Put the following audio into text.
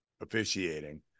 officiating